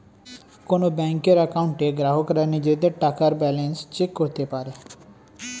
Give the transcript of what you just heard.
কোন ব্যাংকের অ্যাকাউন্টে গ্রাহকরা নিজেদের টাকার ব্যালান্স চেক করতে পারে